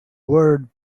word